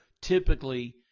typically